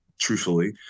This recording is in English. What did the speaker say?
truthfully